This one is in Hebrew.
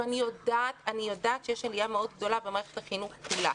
אני יודעת שיש עלייה גדולה מאוד במערכת החינוך כולה,